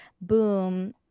boom